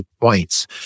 points